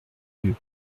yeux